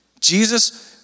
Jesus